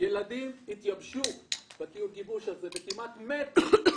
ילדים התייבשו באותו טיול גיבוש וכמעט מתו.